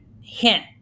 hint